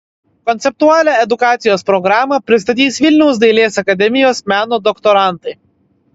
konceptualią edukacijos programą pristatys vilniaus dailės akademijos meno doktorantai